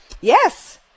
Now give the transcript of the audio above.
Yes